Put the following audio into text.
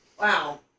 Wow